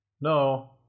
No